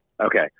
Okay